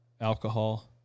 alcohol